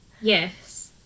Yes